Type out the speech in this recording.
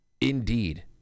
Indeed